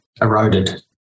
eroded